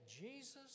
Jesus